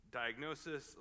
diagnosis